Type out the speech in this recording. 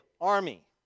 army